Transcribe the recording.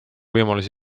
võimalusi